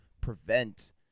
prevent